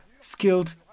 skilled